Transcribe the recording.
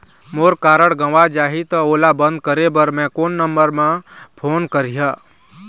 मोर card गंवा जाही त ओला बंद करें बर मैं कोन नंबर म फोन करिह?